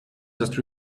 just